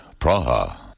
Praha